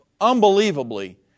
unbelievably